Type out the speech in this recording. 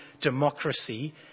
democracy